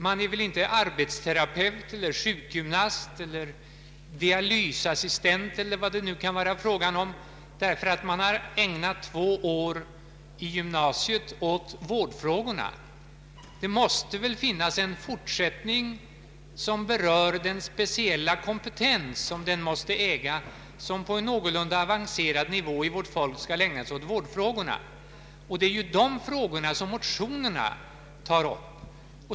Man är väl inte arbetsterapeut eller sjukgymnast eller dialysassistent eller vad det nu kan vara fråga om därför att man ägnat två år i gymnasiet åt vårdfrågorna. Det måste väl finnas en fortsättning som ger den speciella kompetens som den måste äga som på en någorlunda avancerad nivå skall ägna sig åt vårdfrågorna. Det är de frågorna som motionerna tar upp.